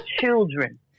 children